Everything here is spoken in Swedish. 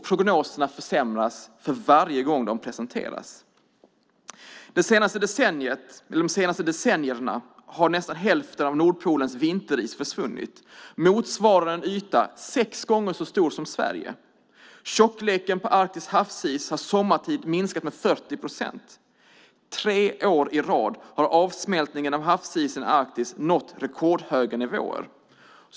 Prognoserna har försämrats varje gång de har presenterats. De senaste decennierna har nästan hälften av Nordpolens vinteris försvunnit, motsvarande en yta sex gånger så stor som Sverige. Tjockleken på Arktis havsis har sommartid minskat med 40 procent. Tre år i rad har avsmältningen av havsisen i Arktis nått rekordhöga nivåer.